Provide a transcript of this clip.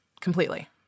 completely